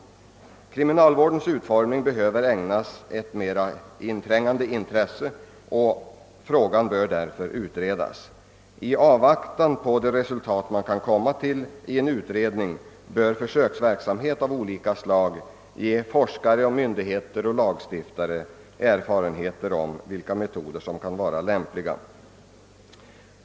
Kriminalvårdens utformning behöver ägnas ett mera inträngande intresse och bli föremål för ytterligare utredningar. I avvaktan på de resultat som därvid kan nås bör försöksverksamhet av olika slag ge forskare, myndigheter och lagstiftare erfarenheter om vilka metoder som kan vara lämpliga.